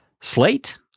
Slate